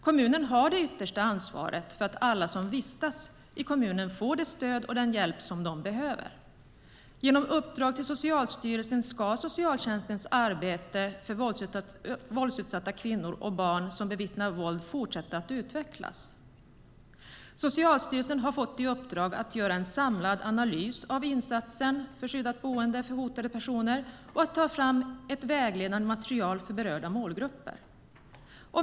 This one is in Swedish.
Kommunen har det yttersta ansvaret för att alla som vistas i kommunen får det stöd och den hjälp de behöver. I ett uppdrag till Socialstyrelsen ska socialtjänstens arbete för våldsutsatta kvinnor och barn som bevittnar våld fortsätta att utvecklas. Socialstyrelsen har fått i uppdrag att göra en samlad analys av insatsen för skyddat boende för hotade personer och att ta fram ett vägledande material för berörda målgrupper.